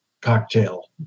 cocktail